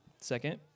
Second